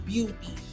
Beauty